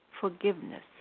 forgiveness